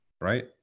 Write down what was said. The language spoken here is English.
right